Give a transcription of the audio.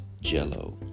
jello